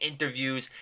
interviews